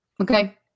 Okay